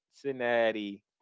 Cincinnati